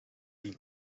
been